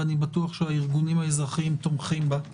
ואני בטוח שהארגונים האזרחיים תומכים בה,